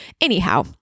Anyhow